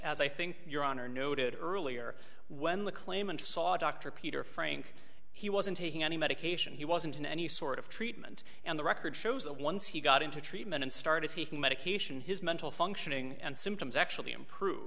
as i think your honor noted earlier when the claimant saw dr peter frank he wasn't taking any medication he wasn't in any sort of treatment and the record shows that once he got into treatment and started taking medication his mental functioning and symptoms actually improve